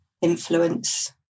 influence